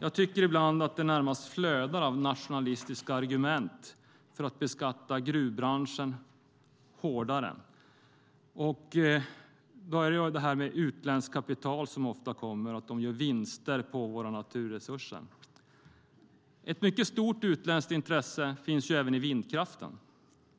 Jag tycker att det ibland flödar av närmast nationalistiska argument för att beskatta gruvbranschen hårdare. Det sägs att utländskt kapital som ofta kommer gör vinster på våra naturresurser. Ett mycket stort utländskt intresse finns även i vindkraften.